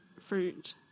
fruit